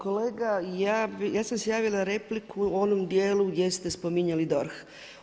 Kolega ja sam se javila za repliku u onom dijelu gdje ste spominjali DORH.